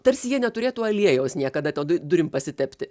tarsi jie neturėtų aliejaus niekada to du durim pasitepti